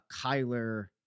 Kyler